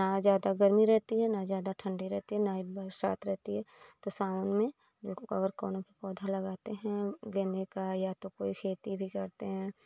ना ज्यादा गर्मी रहती है ना ज्यादा ठंडी रहती है ना ही बरसात रहती है तो सावन में जो अगर कौनो पौधा लगाते हैं गन्ने का या तो कोई खेती भी करते हैं